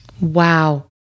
Wow